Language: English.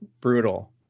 brutal